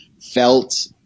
felt